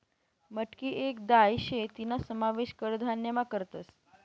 मटकी येक दाय शे तीना समावेश कडधान्यमा करतस